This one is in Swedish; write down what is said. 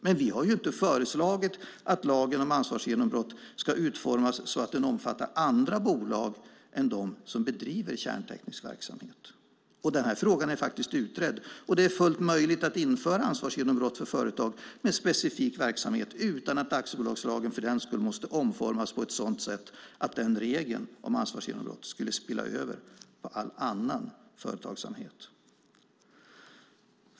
Men vi har inte föreslagit att lagen om ansvarsgenombrott ska utformas så att den omfattar andra bolag än dem som bedriver kärnteknisk verksamhet. Den här frågan är faktiskt utredd, och det är fullt möjligt att införa ansvarsgenombrott för företag med specifik verksamhet utan att aktiebolagslagen för den skull måste omformas på ett sådant sätt att den regeln, om ansvarsgenombrott, spiller över på all annan företagsamhet.